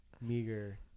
meager